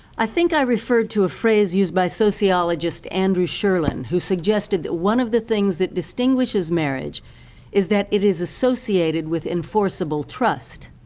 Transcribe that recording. i think i referred to a phrase used by sociologist andrew cherlin, who suggested that one of the things that distinguishes marriage is that it is associated with enforceable trust.